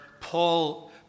Paul